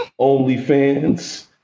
OnlyFans